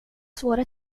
svåra